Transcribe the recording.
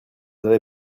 avez